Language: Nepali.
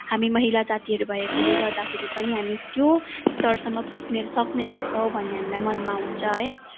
हामी महिला जातिहरू भएकोेले गर्दाफेरि पनि हामी त्यो स्तरसम्म पुग्न सक्ने रहेछौँ भन्ने हामीलाई मनमा हुन्छ है